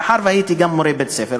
מאחר שהייתי גם מורה בבית-ספר,